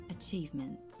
achievements